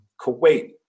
Kuwait